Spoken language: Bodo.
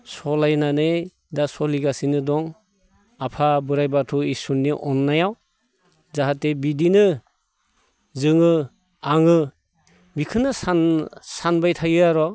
सलायनानै दा सलिगासिनो दं आफा बोराय बाथौ इसरनि अननायाव जाहाथे बिदिनो जोङो आङो बेखोनो सान सानबाय थायो आर'